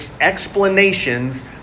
explanations